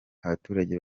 abaturage